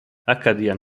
acadian